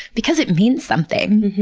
because it means something.